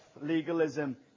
legalism